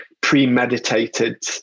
premeditated